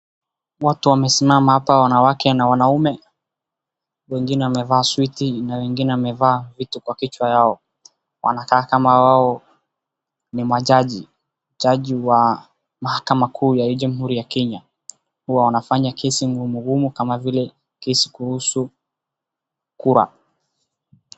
Watu wamesimama hapa wanawake na wanaume wengine wamevaa suti na wengine wamevaa vitu kwa kichwa yao. Wanakaa kama wao ni majaji, jaji wa mahakama kuu ya jamhuri ya Kenya. Huwa wanafanya kesi ngumu ngumu kama vile kesi kuhusu kura.